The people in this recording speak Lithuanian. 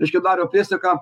reiškia nario priesaiką